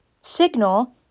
Signal